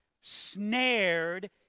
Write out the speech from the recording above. snared